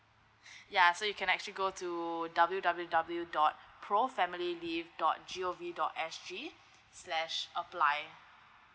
ya so you can actually go to W W W dot pro family leave dot G O V dot S G slash apply